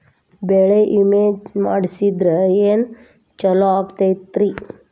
ಬೆಳಿ ವಿಮೆ ಮಾಡಿಸಿದ್ರ ಏನ್ ಛಲೋ ಆಕತ್ರಿ?